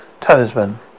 Talisman